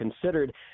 considered